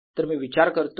E0 तर मी विचार करतो